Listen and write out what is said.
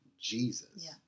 Jesus